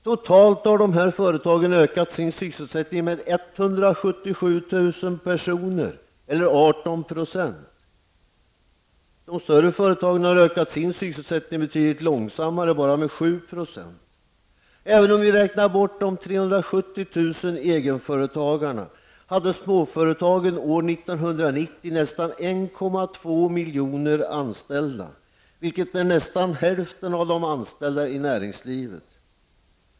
Totalt har dessa företag ökat sin sysselsättning med 177 000 personer eller 18 %. De större företagen har ökat sin sysselsättning betydligt långsammare, bara med 7 %. Även om vi räknar bort de 370 000 1,2 miljoner anställda, vilket är nästan hälften av antalet anställda i näringslivet.